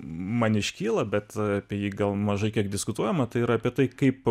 man iškyla bet apie jį gal mažai kiek diskutuojama tai yra apie tai kaip